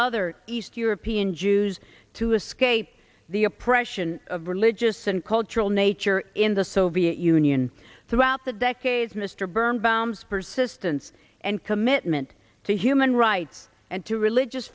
other east european jews to escape the oppression of religious and cultural nature in the soviet union throughout the decades mr byrne bombs persistence and commitment to human rights and to religious